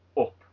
up